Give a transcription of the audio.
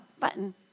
button